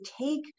take